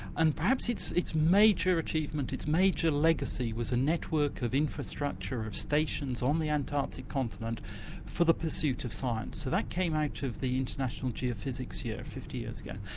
and perhaps its its major achievement, its major legacy was a network of infrastructure, of stations on the antarctic continent for the pursuit of science. so that came out of the international geophysics year, fifty years ago,